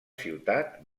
ciutat